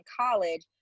college